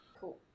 Cool